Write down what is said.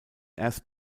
erst